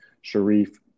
Sharif